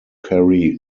carry